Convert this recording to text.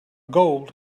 gold